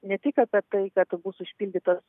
ne tik apie tai kad bus užpildytas